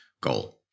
goal